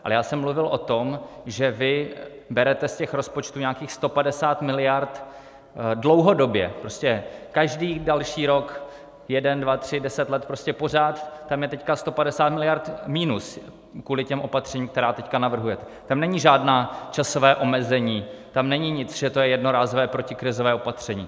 Ale já jsem mluvil o tom, že vy berete z těch rozpočtů nějakých 150 mld. dlouhodobě, prostě každý další rok, jeden, dva, tři, deset let, prostě pořád tam je teď 150 mld. minus kvůli těm opatřením, která navrhujete, tam není žádné časové omezení, tam není nic, že to je jednorázové protikrizové opatření.